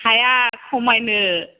हाया खमायनो